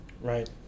Right